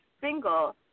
single